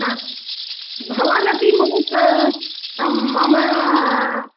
हा भवानपि मम स मम